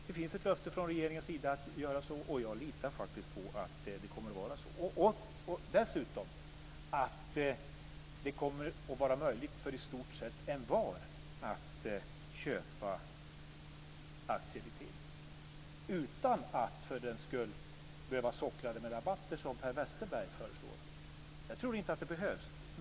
Det finns ett löfte från regeringens sida att göra så, och jag litar på att det kommer att bli så. Dessutom kommer det att vara möjligt för i stort sett envar att köpa aktier i Telia utan att för den skull behöva sockra det med rabatter, som Per Westerberg föreslår. Jag tror inte att det behövs.